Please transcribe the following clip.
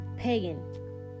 pagan